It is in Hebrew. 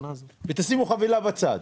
ותשימו חבילה בצד.